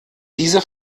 diese